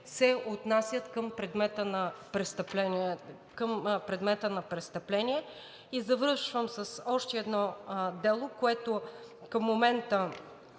се отнасят към предмета на престъпление. Завършвам с още едно дело, което към момента